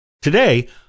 Today